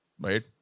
Right